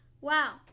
Wow